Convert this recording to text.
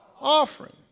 Offering